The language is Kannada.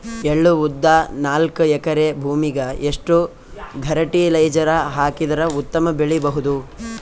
ಎಳ್ಳು, ಉದ್ದ ನಾಲ್ಕಎಕರೆ ಭೂಮಿಗ ಎಷ್ಟ ಫರಟಿಲೈಜರ ಹಾಕಿದರ ಉತ್ತಮ ಬೆಳಿ ಬಹುದು?